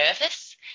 nervous